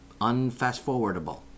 unfast-forwardable